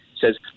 says